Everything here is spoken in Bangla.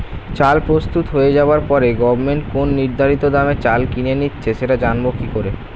চাল প্রস্তুত হয়ে যাবার পরে গভমেন্ট কোন নির্ধারিত দামে চাল কিনে নিচ্ছে সেটা জানবো কি করে?